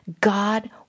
God